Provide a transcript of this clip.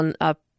up